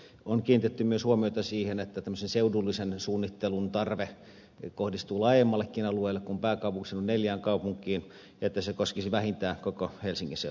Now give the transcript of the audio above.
on kiinnitetty myös huomiota siihen että tämmöisen seudullisen suunnittelun tarve kohdistuu laajemmallekin alueelle kuin pääkaupunkiseudun neljään kaupunkiin ja että se koskisi vähintään koko helsingin seutua